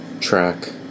Track